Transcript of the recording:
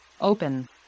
open